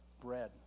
bread